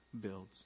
builds